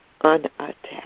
unattacked